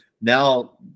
now